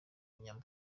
nyama